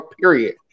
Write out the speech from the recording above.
period